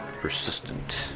persistent